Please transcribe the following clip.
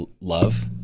love